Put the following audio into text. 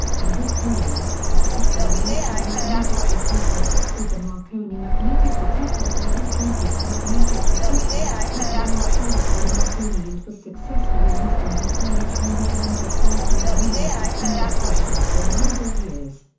in this period, a particular electromagnetic receiver, called the marconi magnetic detector or hysteresis magnetic detector, was developed further by marconi and was successfully used in his early transatlantic work and in many of the smaller stations for a number of years.